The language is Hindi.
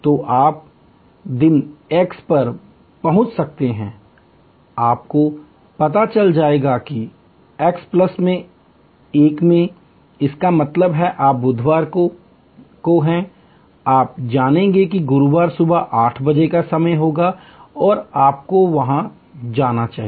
तो आप दिन एक्स पर पहुंच सकते हैं आपको पता चल जाएगा कि एक्स प्लस 1 में इसका मतलब है आप बुधवार को हैं आप जानेंगे कि गुरुवार सुबह 8 बजे का समय होगा और आपको वहां होना चाहिए